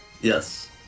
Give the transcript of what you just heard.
Yes